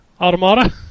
Automata